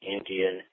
Indian